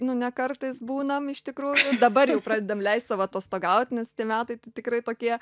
nu ne kartais būnam iš tikrų dabar jau pradedam leist sau atostogaut nes tie metai tikrai tokie